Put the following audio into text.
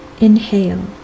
Inhale